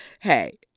hey